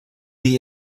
die